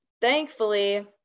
thankfully